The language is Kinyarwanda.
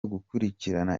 gukurikirana